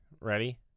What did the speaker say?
Ready